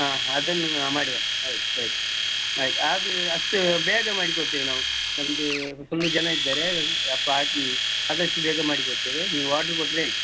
ಹಾಂ ಅದನ್ನ ಮಾಡುವ ಹೌದು ಸರಿ ಆಯ್ತು ಅದು ಅಷ್ಟು ಬೇಗ ಮಾಡಿ ಕೊಡ್ತೇವೆ ನಾವು ನಮ್ದು ಫುಲ್ ಜನ ಇದ್ದಾರೆ ರಪ್ಪ ಹಾಕಿ ಆದಷ್ಟು ಬೇಗ ಮಾಡಿ ಕೊಡ್ತೇವೆ ನೀವು ಆಡ್ರ್ ಕೊಟ್ಟರೆ ಆಯ್ತು